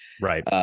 right